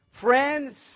friends